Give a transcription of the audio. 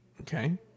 Okay